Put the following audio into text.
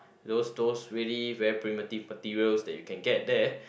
those those really very primitive materials that you can get there